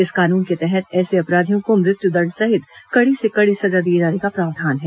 इस कानून के तहत ऐसे अपराधियों को मृत्युदंड सहित कड़ी से कड़ी सजा दिए जाने का प्रावधान है